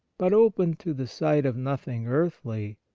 but opened to the sight of nothing earthly,